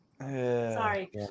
Sorry